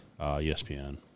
ESPN